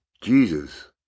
Jesus